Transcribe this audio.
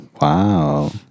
Wow